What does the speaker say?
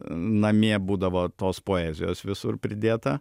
namie būdavo tos poezijos visur pridėta